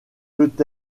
peut